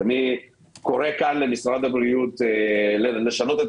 אני קורא כאן למשרד הבריאות לשנות את